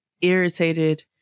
irritated